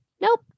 nope